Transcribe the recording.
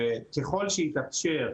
ככל שיתאפשר,